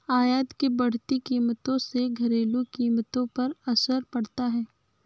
आयात की बढ़ती कीमतों से घरेलू कीमतों पर असर पड़ता है